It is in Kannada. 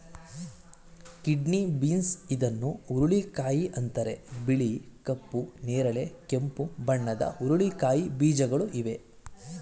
ಕಿಡ್ನಿ ಬೀನ್ಸ್ ಇದನ್ನು ಹುರುಳಿಕಾಯಿ ಅಂತರೆ ಬಿಳಿ, ಕಪ್ಪು, ನೇರಳೆ, ಕೆಂಪು ಬಣ್ಣದ ಹುರಳಿಕಾಯಿ ಬೀಜಗಳು ಇವೆ